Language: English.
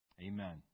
Amen